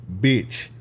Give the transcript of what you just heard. bitch